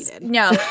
no